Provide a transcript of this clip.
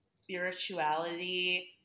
spirituality